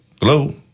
Hello